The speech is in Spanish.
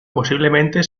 posiblemente